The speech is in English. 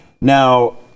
Now